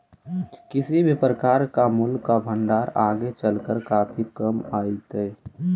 किसी भी प्रकार का मूल्य का भंडार आगे चलकर काफी काम आईतई